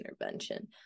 intervention